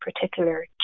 particular